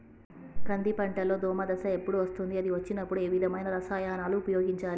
కంది పంటలో దోమ దశ ఎప్పుడు వస్తుంది అది వచ్చినప్పుడు ఏ విధమైన రసాయనాలు ఉపయోగించాలి?